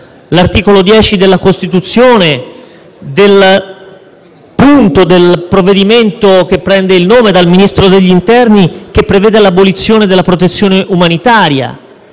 l'articolo 10 della Costituzione del punto del provvedimento che prende il nome dal Ministro dell'interno e che prevede l'abolizione della protezione umanitaria.